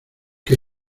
qué